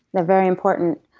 they're very important.